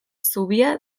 zubia